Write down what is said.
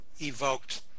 evoked